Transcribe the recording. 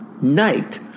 night